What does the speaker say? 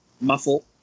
muffle